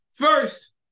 First